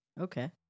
okay